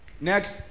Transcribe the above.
Next